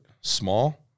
small